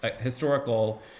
historical